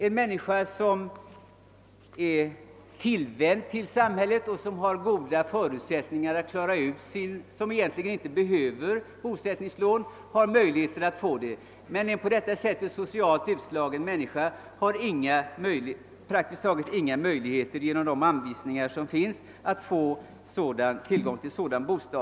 En människa som är samhällstillvänd och som kanske egentligen inte behöver något bosättningslån har möjlighet att få det, men en socialt utslagen har praktiskt taget ingen möjlighet att få ett bosättningslån.